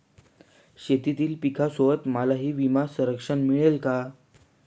शेतीतील पिकासोबत मलाही विमा संरक्षण मिळेल का?